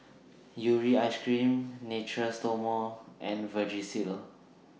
Urea as Cream Natura Stoma and Vagisil